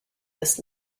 this